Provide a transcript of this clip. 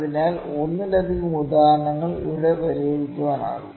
അതിനാൽ ഒന്നിലധികം ഉദാഹരണങ്ങൾ ഇവിടെ പരിഹരിക്കാനാകും